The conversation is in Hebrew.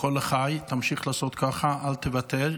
כה לחי, תמשיך לעשות ככה, אל תוותר.